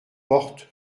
porte